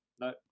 no